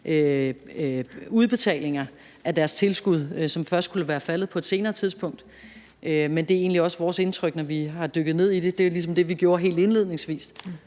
udbetalinger af deres tilskud, som først skulle være faldet på et senere tidspunkt, men det er egentlig også vores indtryk efter at have dykket yderligere ned i det – det var også noget, vi gjorde helt indledningsvis